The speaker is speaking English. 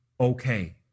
okay